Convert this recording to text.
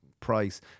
price